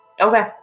Okay